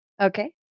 Okay